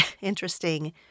interesting